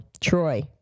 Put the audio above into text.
Troy